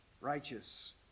righteous